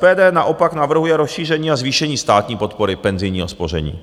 SPD naopak navrhuje rozšíření a zvýšení státní podpory penzijního spoření.